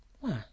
Why